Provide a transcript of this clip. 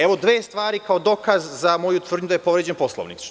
Evo dve stvari kao dokaz za moju tvrdnju da je povređen Poslovnik.